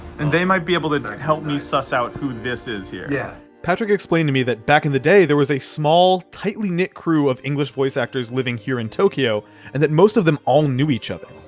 and they might be able to help us suss out who this is here. yeah. patrick explained to me that back in the day, there was a small tightly knit crew of english voice actors living here in tokyo and that most of them all knew each other.